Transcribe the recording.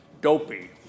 Dopey